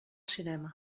cinema